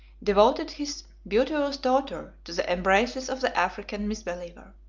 devoted his beauteous daughter to the embraces of the african misbeliever.